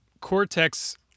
cortex